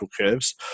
curves